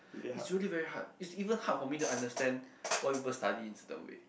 it's really very hard it even hard for me to understand why people study in certain way